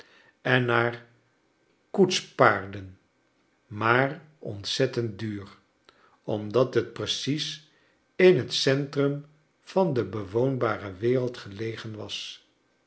en naar koetspaarden maar ontzettend duur omdat het precies in het centrum van de bewoonbare wereld gelegen was